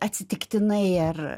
atsitiktinai ar